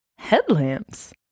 headlamps